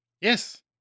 Yes